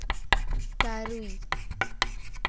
ᱛᱟᱨᱩᱭ